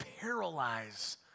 paralyze